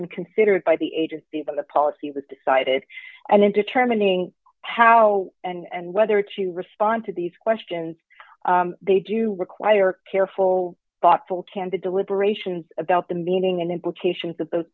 been considered by the agency but the policy was decided and in determining how and whether to respond to these questions they do require careful thoughtful candid deliberations about the meaning and implications of the